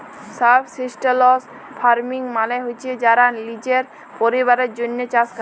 subsistence farming মালে হছে যারা লিজের পরিবারের জ্যনহে চাষ ক্যরে